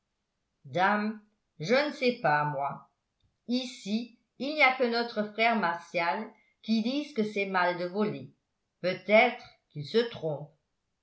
dame je ne sais pas moi ici il n'y a que notre frère martial qui dise que c'est mal de voler peut-être qu'il se trompe